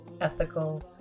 ethical